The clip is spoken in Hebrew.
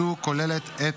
זו הממשלתית?